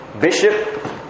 Bishop